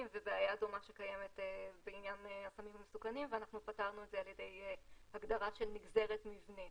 הרי הבעיה שלנו זה לא שיש הדבקות ספורדיות מחיה לאדם וזה נגמר שם.